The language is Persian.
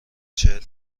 چهل